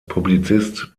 publizist